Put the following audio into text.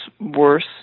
worse